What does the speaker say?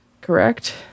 correct